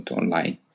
online